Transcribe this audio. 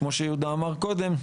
כמו שיהודה אמר קודם,